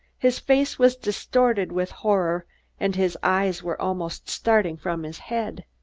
his face was distorted with horror and his eyes were almost starting from his head.